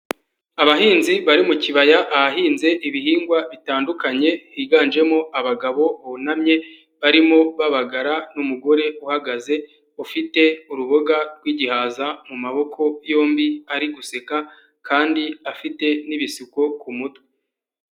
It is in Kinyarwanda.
Abahinzi bari mu kibaya ahahinze ibihingwa bitandukanye ,higanjemo abagabo bunamye barimo babagara n'umugore uhagaze ufite uruboga rw'igihaza mu maboko yombi, ari guseka kandi afite n'ibisuko ku mutwe.